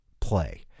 play